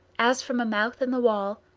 as from a mouth in the wall,